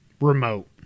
remote